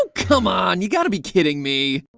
come on! you gotta be kidding me!